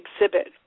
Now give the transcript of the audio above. Exhibit